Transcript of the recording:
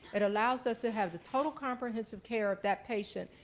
it allows us to have the total comprehensive care of that patient,